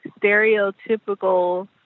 stereotypical